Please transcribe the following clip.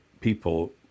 people